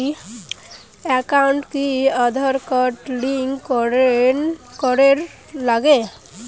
একাউন্টত কি Aadhaar card link করের নাগে?